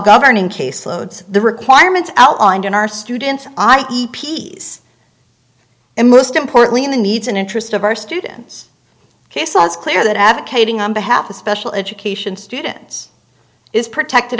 governing caseload the requirements outlined in our students i e peas and most importantly in the needs and interest of our students case law is clear that advocating on behalf of special education students is protected